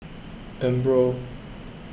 Umbro